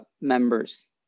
members